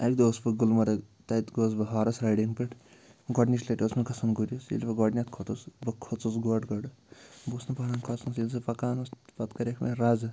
اَکہِ دۄہ اوسُس بہٕ گُلمرٕگ تَتہِ گوس بہٕ ہارٕس رایڈِنٛگ پٮ۪ٹھ گۄڈٕنِچ لَٹہِ اوس مےٚ کھَسُن گُرِس ییٚلہِ بہٕ گۄڈٕنٮ۪تھ کھوٚتُس بہٕ کھوٗژُس گۄڈٕ گۄڈٕ بہٕ اوسُس بہٕ بہران ییٚلہِ سُہ پکان اوس پتہٕ کَریکھ مےٚ رزٕ